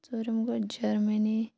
ژوٗرِم گوٚو جٔرمٕنی